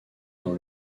dans